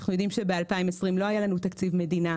אנחנו יודעים שבשנת 2020 לא היה לנו תקציב מדינה.